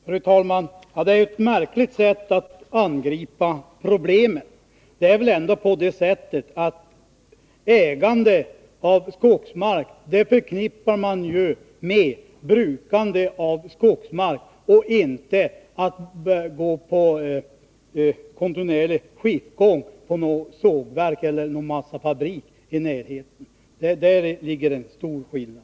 Fru talman! Det är ett märkligt sätt att angripa problemen. Ägande av skogsmark förknippar man ju med brukande av skogsmark och inte med kontinuerlig skiftgång på något sågverk eller en massafabrik i närheten. Däri ligger en stor skillnad.